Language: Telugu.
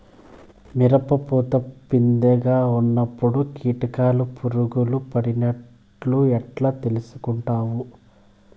మిరప పూత పిందె గా ఉన్నప్పుడు కీటకాలు పులుగులు పడినట్లు ఎట్లా తెలుసుకుంటావు?